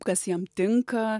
kas jam tinka